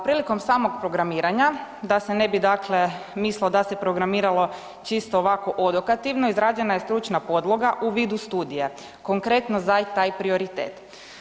Prilikom samog programiranja da se ne bi dakle mislilo da se programiralo čisto ovako odokativno, izrađena je stručna podloga u vidu studije, konkretno za taj prioritet.